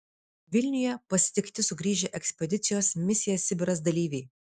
vilniuje pasitikti sugrįžę ekspedicijos misija sibiras dalyviai